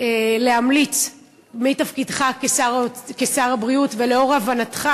להמליץ בתפקידך כשר הבריאות, ולאור הבנתך